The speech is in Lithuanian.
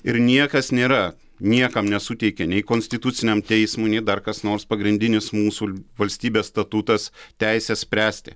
ir niekas nėra niekam nesuteikė nei konstituciniam teismui nei dar kas nors pagrindinis mūsų valstybės statutas teisės spręsti